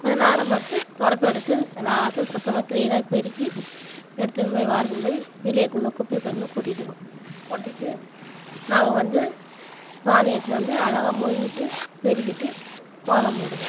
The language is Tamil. கொஞ்ச நேரம் படுத்து துடைப்பம் எடுத்து எல்லாத்தையும் சுத்தமாக க்ளீனாக பெருக்கி எடுத்துனு போய் வாரினு போய் வெளியே எடுத்துனு குப்பையை கொண்டு கொட்டிவிடுவோம் கொட்டிவிட்டு நாங்கள் வந்து சாணி எடுத்துனு வந்து அழகாக மொழுகிவிட்டு பெருக்கிவிட்டு கோலம் போடுவோம்